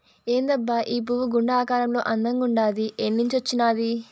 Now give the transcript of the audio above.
ఏందబ్బా ఈ పువ్వు గుండె ఆకారంలో అందంగుండాది ఏన్నించొచ్చినాది